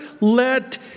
let